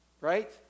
right